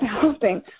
helping